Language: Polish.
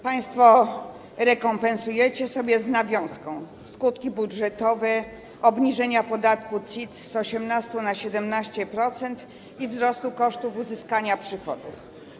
Państwo rekompensujecie sobie z nawiązką skutki budżetowe obniżenia podatku CIT z 18% na 17% i wzrostu kosztów uzyskania przychodu.